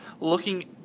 looking